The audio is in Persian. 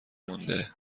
مونده